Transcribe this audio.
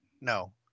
No